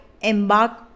embark